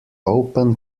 open